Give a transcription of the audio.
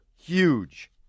huge